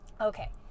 okay